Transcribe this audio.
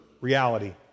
reality